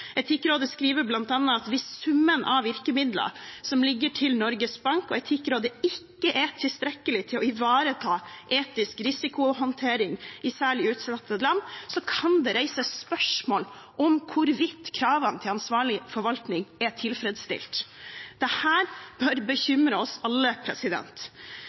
Etikkrådet skriver bl.a.: «Hvis summen av virkemidler som ligger til Norges Bank og Etikkrådet ikke er tilstrekkelig til å ivareta etisk risikohåndtering i særlig utsatte land, kan det reises spørsmål om hvorvidt kravene til ansvarlig forvaltning er tilfredsstilt.» Dette bør bekymre oss alle. På bakgrunn av det